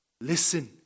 Listen